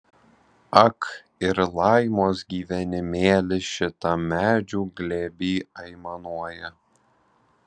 ak ir laimos gyvenimėlis šitam medžių glėby aimanuoja